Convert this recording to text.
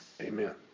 Amen